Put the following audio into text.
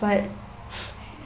but